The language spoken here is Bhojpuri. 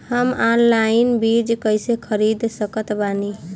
हम ऑनलाइन बीज कइसे खरीद सकत बानी?